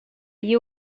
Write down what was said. you